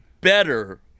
better